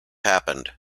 happened